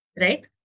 right